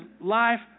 life